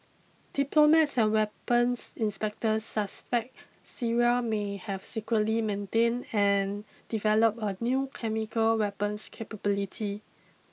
diplomats and weapons inspectors suspect Syria may have secretly maintained and developed a new chemical weapons capability